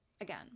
again